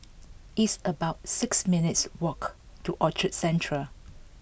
it's about six minutes' walk to Orchard Central